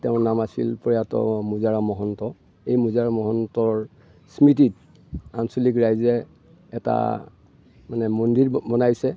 তেওঁৰ নাম আছিল প্ৰয়াত মোজাৰাম মহন্ত এই মোজাৰাম মহন্তৰ স্মৃতিত আঞ্চলিক ৰাইজে এটা মানে মন্দিৰ বনাইছে